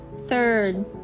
Third